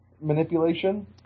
manipulation